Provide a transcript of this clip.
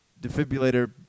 defibrillator